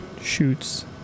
shoots